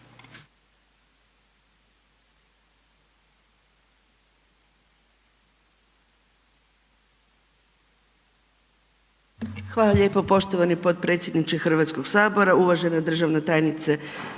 Hvala lijepa poštovani potpredsjedniče Hrvatskog sabora, uvažena državna tajnice